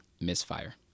misfire